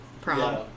prom